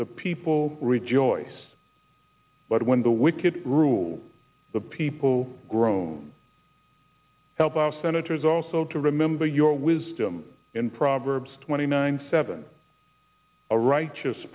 the people rejoice but when the wicked rule the people groan help our senators also to remember your wisdom in proverbs twenty nine seven a right